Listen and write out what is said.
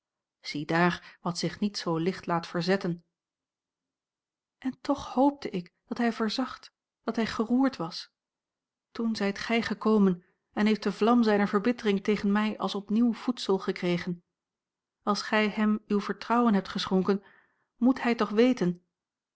ziedaar wat zich niet zoo licht laat verzetten en toch hoopte ik dat hij verzacht dat hij geroerd was toen zijt gij gekomen en heeft de vlam zijner verbittering tegen mij als opnieuw voedsel gekregen als gij hem uw vertrouwen hebt geschonken moet hij toch weten